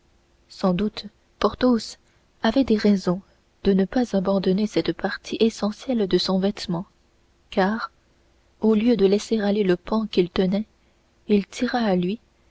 sans doute porthos avait des raisons de ne pas abandonner cette partie essentielle de son vêtement car au lieu de laisser aller le pan qu'il tenait il tira à lui